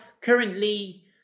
currently